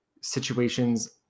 situations